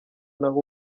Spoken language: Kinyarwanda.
naho